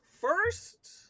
first